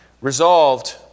Resolved